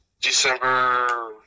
December